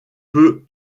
peut